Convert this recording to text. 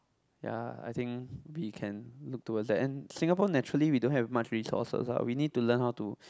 ya I think we can look to the end Singapore naturally we don't have much resources ah we need to learn how to